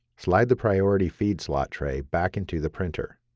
slide the priority feed slot tray back into the printer.